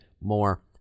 more